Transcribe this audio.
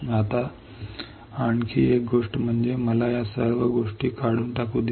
आता आणखी एक गोष्ट म्हणजे मला या सर्व गोष्टी काढून टाकू द्या